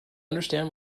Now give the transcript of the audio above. understand